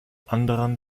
anderen